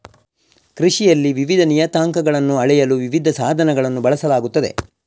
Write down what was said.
ಕೃಷಿಯಲ್ಲಿ ವಿವಿಧ ನಿಯತಾಂಕಗಳನ್ನು ಅಳೆಯಲು ವಿವಿಧ ಸಾಧನಗಳನ್ನು ಬಳಸಲಾಗುತ್ತದೆ